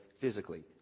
physically